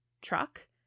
truck